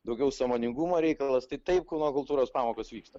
daugiau sąmoningumo reikalas tai taip kūno kultūros pamokos vyksta